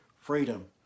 freedom